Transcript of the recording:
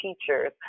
teachers